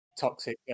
toxic